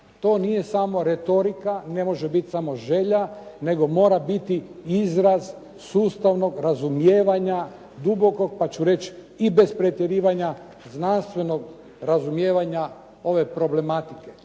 To nije samo retorika, ne može biti samo želja nego mora biti izraz sustavnog razumijevanja, dubokog pa ću reći i bez pretjerivanja znanstvenog razumijevanja ove problematike